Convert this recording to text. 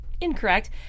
incorrect